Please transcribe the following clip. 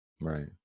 Right